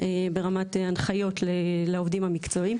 ברמת הנחיות לעובדים המקצועיים.